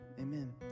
amen